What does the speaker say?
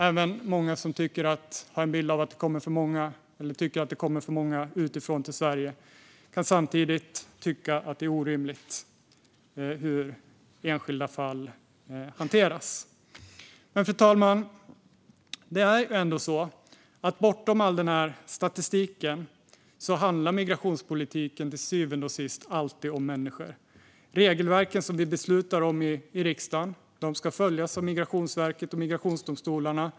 Även många som har en bild av att det kommer för många utifrån till Sverige kan samtidigt tycka att det är orimligt hur enskilda fall hanteras. Fru talman! Det är ändå så att bortom all statistik handlar migrationspolitiken till syvende och sist alltid om människor. Regelverken som vi beslutar om i riksdagen ska följas av Migrationsverket och migrationsdomstolarna.